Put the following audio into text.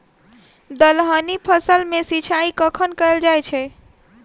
दलहनी फसल मे सिंचाई कखन कैल जाय छै?